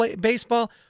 baseball